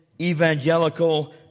Evangelical